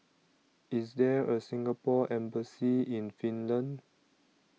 IS There A Singapore Embassy in Finland